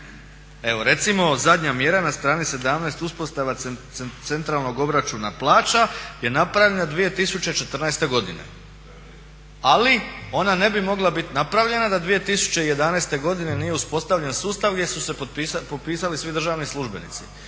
Evo recimo zadnja mjera na strani 17 uspostava centralnog obračuna plaća je napravljena 2014. godine. Ali ona ne bi mogla biti napravljena da 2011. godine nije uspostavljen sustav gdje su se popisali svi državni službenici.